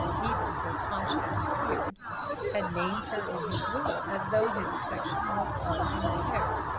even her conscience seared had named her in his will as though his affection was unimpaired.